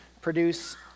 produce